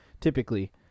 typically